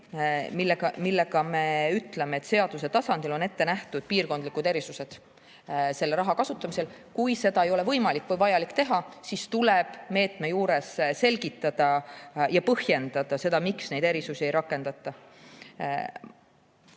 millega me ütleme, et seaduse tasandil on ette nähtud piirkondlikud erisused selle raha kasutamisel. Kui seda ei ole võimalik või vajalik teha, siis tuleb [konkreetse] meetme juures selgitada ja põhjendada, miks neid erisusi ei rakendata. Lisaks